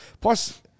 Plus